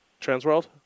Transworld